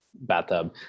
bathtub